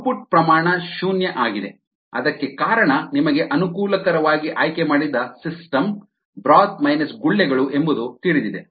output ಪ್ರಮಾಣ ಶೂನ್ಯ ಆಗಿದೆ ಅದಕ್ಕೆ ಕಾರಣ ನಿಮಗೆ ಅನುಕೂಲಕರವಾಗಿ ಆಯ್ಕೆಮಾಡಿದ ಸಿಸ್ಟಮ್ ಬ್ರೋತ್ ಮೈನಸ್ ಗುಳ್ಳೆಗಳು ಎಂಬುದು ತಿಳಿದಿದೆ